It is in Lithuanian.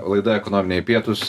laida ekonominiai pietūs